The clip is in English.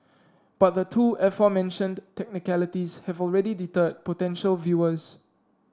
but the two aforementioned technicalities have already deterred potential viewers